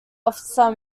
officer